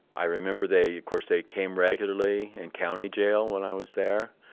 i remember they. of course, they came regularly in county jail, when i was there.